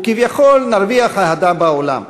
וכביכול נרוויח אהדה בעולם.